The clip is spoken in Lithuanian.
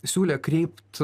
siūlė kreipt